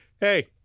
hey